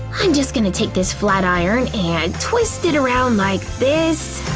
i'm just gonna take this flat iron and twist it around like this,